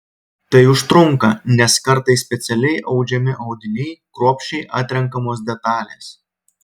tai užtrunka nes kartais specialiai audžiami audiniai kruopščiai atrenkamos detalės